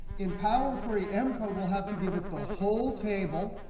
in power query, m code will have to give it the whole table.